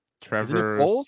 Trevor